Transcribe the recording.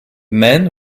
men